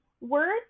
words